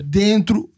dentro